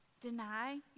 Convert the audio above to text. Deny